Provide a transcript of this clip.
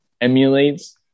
emulates